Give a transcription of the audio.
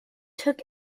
took